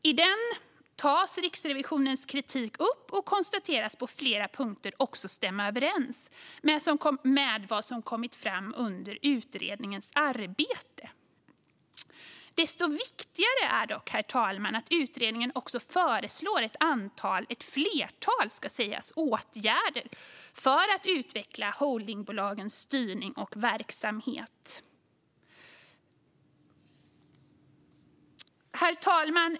Här tas Riksrevisionens kritik upp och konstateras på flera punkter också stämma överens med vad som kommit fram under utredningens arbete. Desto viktigare är dock att utredningen också föreslår ett flertal åtgärder för att utveckla holdingbolagens styrning och verksamhet. Herr talman!